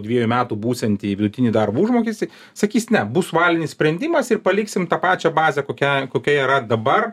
dvejų metų būsiantį vidutinį darbo užmokestį sakys ne bus valinis sprendimas ir paliksim tą pačią bazę kokia kokia yra dabar